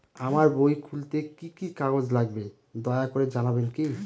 আমার বই খুলতে কি কি কাগজ লাগবে দয়া করে জানাবেন কি?